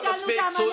תירגעי.